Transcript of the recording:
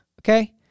okay